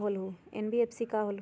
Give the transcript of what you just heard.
NBFC का होलहु?